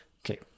okay